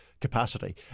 capacity